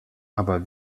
aber